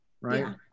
right